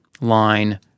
line